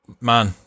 man